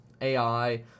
AI